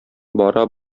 бара